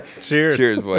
Cheers